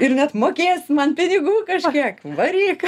ir net mokės man pinigų kažkiek varyk